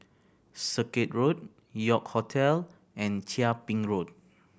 Circuit Road York Hotel and Chia Ping Road